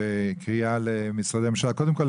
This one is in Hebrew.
קודם כל,